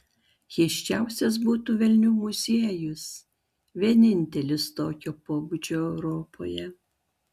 keisčiausias būtų velnių muziejus vienintelis tokio pobūdžio europoje